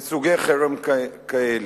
לסוגי חרם כאלה,